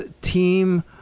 team